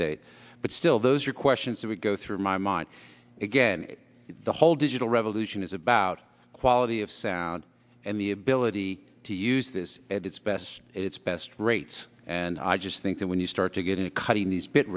date but still those are questions that go through my mind again the whole digital revolution is about quality of sound and the ability to use this at its best its best rates and i just think that when you start to get into cutting these bit